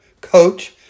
coach